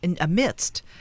amidst